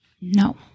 no